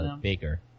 Baker